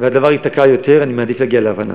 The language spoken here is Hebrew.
והדבר ייתקע יותר, אני מעדיף להגיע להבנה.